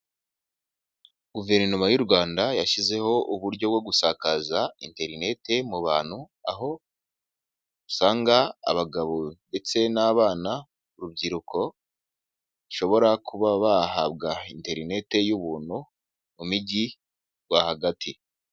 Guverinoma y'u Rwanda yashyizeho uburyo bwo gusakaza interinete mu bantu, aho usanga abagabo ndetse n'abana, urubyiruko rushobora kuba bahabwa interinete y'ubuntu mu mijyi rwagati.